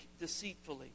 deceitfully